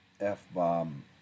F-bomb